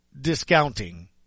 discounting